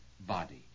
Body